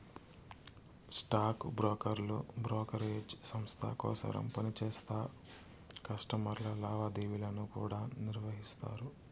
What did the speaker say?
stock బ్రోకర్లు brokerage సంస్త కోసరం పనిచేస్తా కస్టమర్ల లావాదేవీలను కూడా నిర్వహిస్తారు